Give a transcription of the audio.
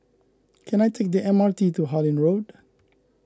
can I take the M R T to Harlyn Road